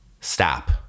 stop